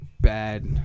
bad